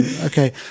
okay